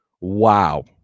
Wow